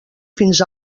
fins